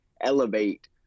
elevate